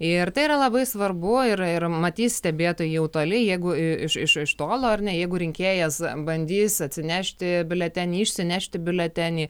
ir tai yra labai svarbu ir ir matys stebėtojai jau toli jeigu iš iš tolo ar ne jeigu rinkėjas bandys atsinešti biuletenį išsinešti biuletenį